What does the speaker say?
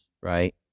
right